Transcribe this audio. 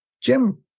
Jim